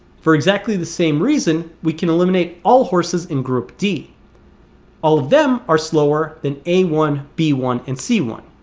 for exactly the same reason we can eliminate all horses in group d all of them are slower than a one, b one, and c one